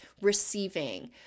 receiving